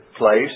place